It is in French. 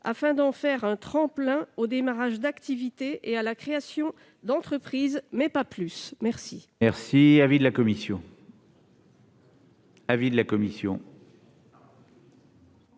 afin d'en faire un tremplin pour le démarrage d'activité et la création d'entreprise, mais pas plus. Quel